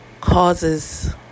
causes